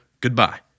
goodbye